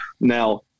Now